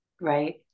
right